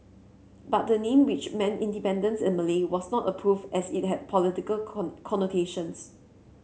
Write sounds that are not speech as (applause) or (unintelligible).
but the name which meant independence in Malay was not approved as it had political (unintelligible) connotations